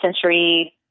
century